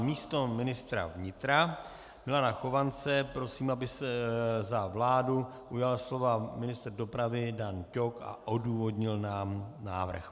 Místo ministra vnitra Milana Chovance prosím, aby se za vládu ujal slova ministr dopravy Dan Ťok a odůvodnil nám návrh.